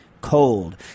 cold